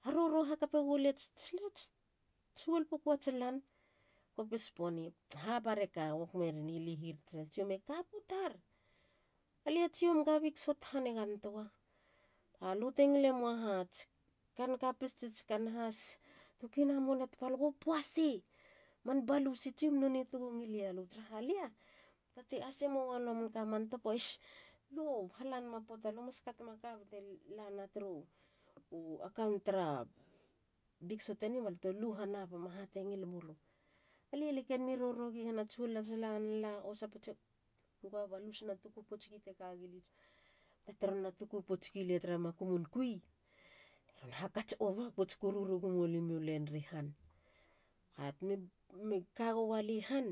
Ha roro hakapego liatss huol puku ats lan. kopis ponig. haba reka? Wokmeri ni lihir tsiom. puah. eka putar. Alia tsiom ga bik sot hanigantoa. Alu te ngilemou ats kankopis tsiats kanha? Sshhh. two kina moni a topo. Alugo pua sei. Man balus i tsiom nonei tego ngil ia lu. Taraha lia puata te ase mowa lua manka man topo. ssshhhh. lo halanema poata. lo mas katoma ka ba te lana turu account tara biksot eni balto lu hanapima ha te ngilimulu. Alia le ken mi roro gi hanats huol ats lan la. osa pouts egowa balus na tuku pouts gi te kagi lia tsiom. poata teron na tuku pouts gilia tara makumun kui. lie ron hakats ova pouts koru regumo limio len ri han. Ba temi kagowa li han